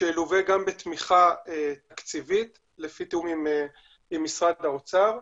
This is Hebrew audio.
שילווה גם בתמיכה תקציבית לפי תיאום עם משרד האוצר,